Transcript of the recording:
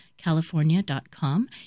California.com